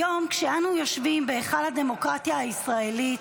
היום כשאנו יושבים בהיכל הדמוקרטיה הישראלית,